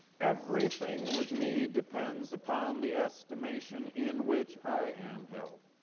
everything with me depends upon the estimation in which i am held.